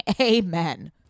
Amen